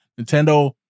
Nintendo